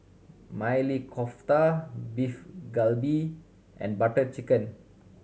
Maili Kofta Beef Galbi and Butter Chicken